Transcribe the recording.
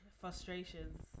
frustrations